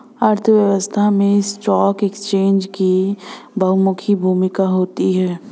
अर्थव्यवस्था में stock exchange की बहुमुखी भूमिका होती है